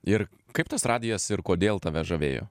ir kaip tas radijas ir kodėl tave žavėjo